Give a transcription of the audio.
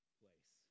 place